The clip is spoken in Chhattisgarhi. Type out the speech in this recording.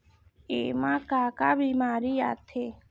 एमा का का बेमारी आथे?